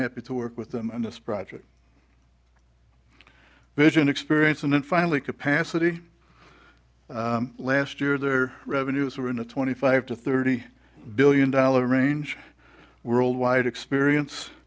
happy to work with them and this project vision experience and then finally capacity last year their revenues are in a twenty five to thirty billion dollar range worldwide experience